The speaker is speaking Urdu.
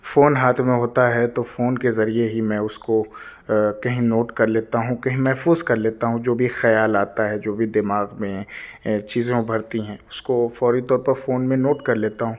فون ہاتھ میں ہوتا ہے تو فون کے ذریعے ہی میں اس کو کہیں نوٹ کر لیتا کہیں محفوظ کر لیتا ہوں جو بھی خیال آتا ہے جو بھی دماغ میں چیزیں ابھرتی ہیں اس کو فوری طور پر فون میں نوٹ کر لیتا ہوں